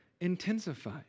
intensify